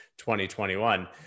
2021